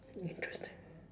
interesting